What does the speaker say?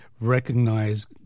recognize